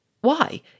Why